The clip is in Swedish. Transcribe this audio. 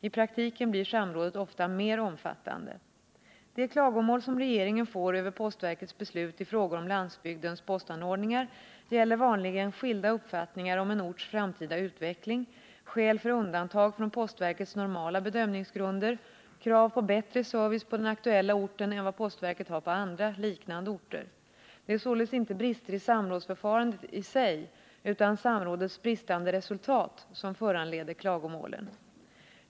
I praktiken blir samrådet ofta mer omfattande. De klagomål som regeringen får över postverkets beslut i frågor om landsbygdens postanordningar gäller vanligen skilda uppfattningar om en orts framtida utveckling, skäl för undantag från postverkets normala bedömningsgrunder, krav på bättre service på den aktuella orten än vad postverket har på andra, liknande orter. Det är således inte brister i samrådsförfarandet i sig utan samrådets bristande resultat som föranleder klagomålen.